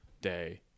day